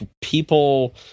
people